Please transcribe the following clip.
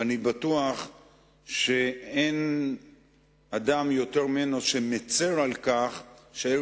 ואני בטוח שאין אדם שמצר יותר ממנו על כך שהעיר